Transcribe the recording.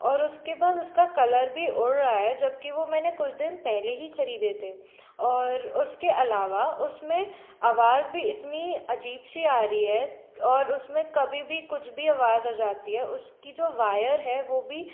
और उसके बाद उसका कलर भी उड़ रहा है जबकि वो मैंने कुछ दिन पहले ही खरीदे थे और उसके अलावा उसमें आवाज़ भी इतनी अजीब सी आ रही है और उसमें कभी भी कुछ भी आवाज़ आ जाती है उसकी जो वायर है वो भी